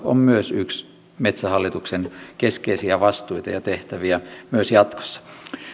on yksi metsähallituksen keskeisiä vastuita ja tehtäviä myös jatkossa